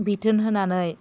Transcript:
बिथोन होनानै